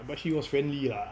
but she was friendly lah